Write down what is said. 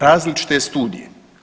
Različite studije.